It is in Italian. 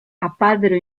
apparvero